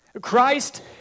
Christ